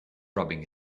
rubbing